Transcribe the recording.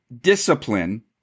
discipline